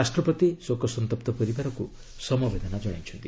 ରାଷ୍ଟ୍ରପତି ଶୋକସନ୍ତପ୍ତ ପରିବାରକୁ ସମବେଦନା ଜଣାଇଛନ୍ତି